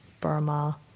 Burma